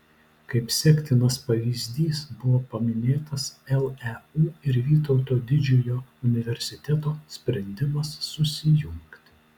kaip sektinas pavyzdys buvo paminėtas leu ir vytauto didžiojo universiteto sprendimas susijungti